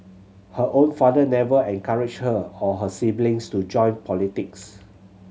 her own father never encouraged her or her siblings to join politics